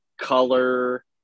color